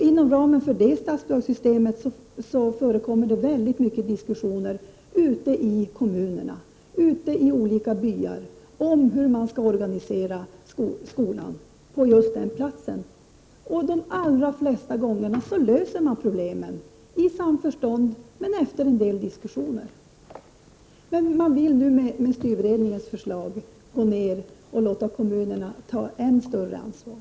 Inom ramen för detta statsbidragssystem förekommer det diskussioner i kommuner och byar om hur skolan skall organiseras. För det allra mesta löser man problemen i samförstånd efter förda diskussioner. Med styrberedningens förslag vill man låta kommunerna ta ett ännu större ansvar.